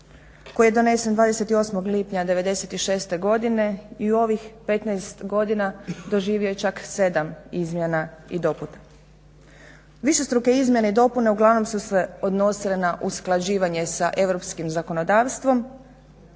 koji je donesen 28. lipnja '96. godine i u ovih 15 godina doživio je čak 7 izmjena i dopuna. Višestruke izmjene i dopune uglavnom su se odnosile na usklađivanje sa europskim zakonodavstvom